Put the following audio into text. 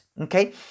okay